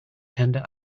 tender